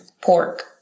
pork